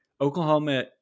Oklahoma